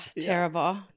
terrible